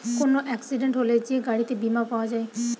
কোন এক্সিডেন্ট হলে যে গাড়িতে বীমা পাওয়া যায়